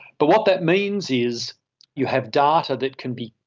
but what that means is you have data that can be,